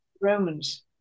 Romans